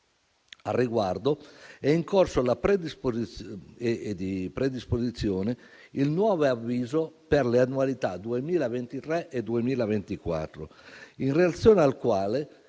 Al riguardo, è in corso di predisposizione il nuovo avviso per le annualità 2023 e 2024, in relazione al quale,